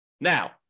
Now